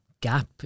gap